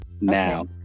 now